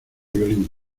violín